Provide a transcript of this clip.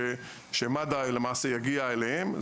שמד"א למעשה יגיעו אליהם.